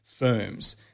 Firms